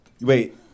Wait